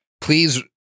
Please